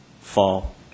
fall